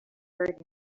heard